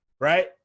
right